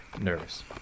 Nervous